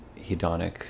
hedonic